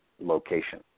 location